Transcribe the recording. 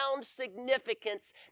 significance